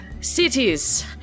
cities